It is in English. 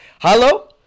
Hello